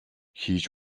хийж